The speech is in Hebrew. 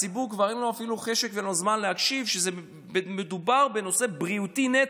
לציבור כבר אין לו אפילו חשק וזמן להקשיב לזה שמדובר בנושא בריאותי נטו,